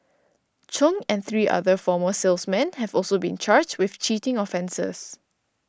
Chung and three other former salesmen have also been charged with cheating offences